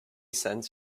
sends